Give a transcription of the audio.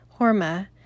Horma